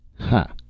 Ha